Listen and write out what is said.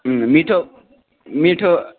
मिठो मिठो